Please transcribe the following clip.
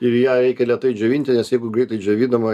ir ją reikia lėtai džiovinti nes jeigu greitai džiovinama